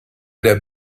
der